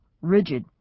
rigid